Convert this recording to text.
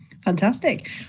Fantastic